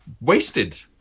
wasted